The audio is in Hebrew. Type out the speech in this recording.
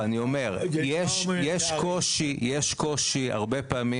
יש קושי הרבה פעמים,